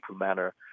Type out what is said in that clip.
manner